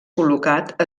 col·locat